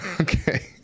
Okay